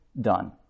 done